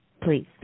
Please